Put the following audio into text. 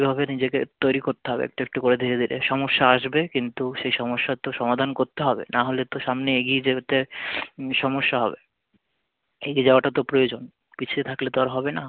সেভাবে নিজেকে তৈরি করতে হবে একটু একটু করে ধীরে ধীরে সমস্যা আসবে কিন্তু সেই সমস্যার তো সমাধান করতে হবে নাহলে তো সামনে এগিয়ে যেতে সমস্যা হবে এগিয়ে যাওয়াটা তো প্রয়োজন পিছিয়ে থাকলে তো আর হবে না